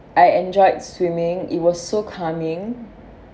I enjoyed swimming it was so calming